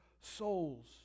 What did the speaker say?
souls